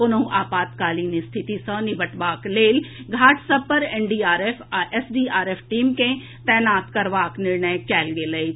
कोनहुँ आपातकालीन स्थिति सँ निपटबाक लेल घाट सभ पर एनडीआरएफ आ एसडीआरएफक टीम कें तैनात करबाक निर्णय कयल गेल अछि